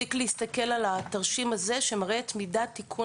מספיק להסתכל על התרשים שמראה את מידת תיקון